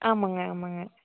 ஆமாங்க ஆமாங்க